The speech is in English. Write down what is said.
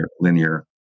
linear